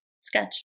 sketch